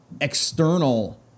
external